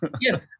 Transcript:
Yes